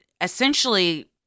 essentially